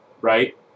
right